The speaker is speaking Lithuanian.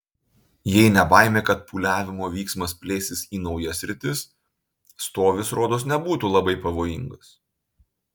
jei ne baimė kad pūliavimo vyksmas plėsis į naujas sritis stovis rodos nebūtų labai pavojingas